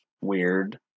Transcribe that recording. weird